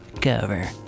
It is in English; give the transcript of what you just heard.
cover